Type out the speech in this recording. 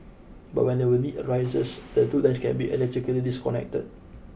but when the we need arises the two lines can be electrically disconnected